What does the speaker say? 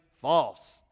false